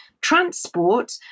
Transport